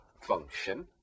function